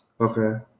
okay